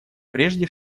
прежде